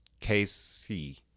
KC